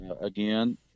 again